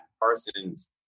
Parsons